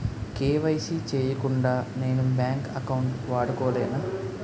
KYC చేయకుండా నేను bank account వాడుకొలేన?